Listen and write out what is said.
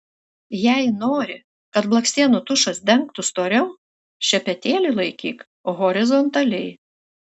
jei nori kad blakstienų tušas dengtų storiau šepetėlį laikyk horizontaliai